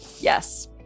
yes